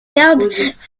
garde